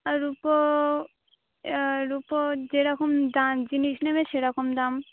আর রুপো রুপো যেরকম দা জিনিস নেবে সেরকম দাম